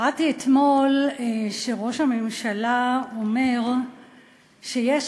קראתי אתמול שראש הממשלה אומר שיש